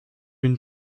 une